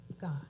God